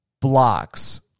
blocks